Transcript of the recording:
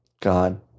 God